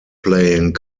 playing